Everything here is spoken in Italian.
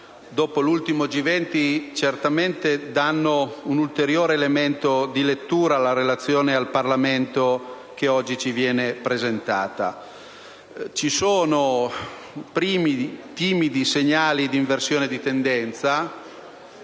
dopo l'ultimo G20 certamente danno un ulteriore elemento di lettura per la relazione al Parlamento che oggi ci viene presentata. Ci sono timidi segnali di inversione di tendenza,